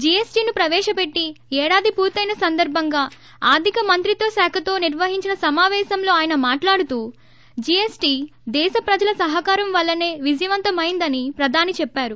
జీపీసీను ప్రవేశపెట్టి ఏడాది పూర్తయిన సందర్భంగా ఆర్ధిక మంత్రిత్య శాఖతో నర్వహించిన సమాపేశంలో మాట్లాడుతూ జీఎస్టీ దేశ ప్రజల సహకారం వల్లనే విజయవంతమైందని ప్రధాని చెప్పారు